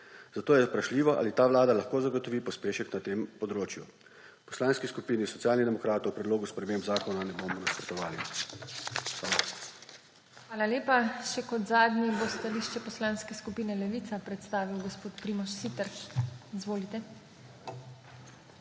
Zato je vprašljivo, ali ta vlada lahko zagotovi pospešek na tem področju. V Poslanski skupini Socialnih demokratov predlogu sprememb zakona ne bomo nasprotovali. **PODPREDSEDNICA TINA HEFERLE:** Hvala lepa. Še kot zadnji bo stališče Poslanske skupine Levica predstavil gospod Primož Siter. Izvolite.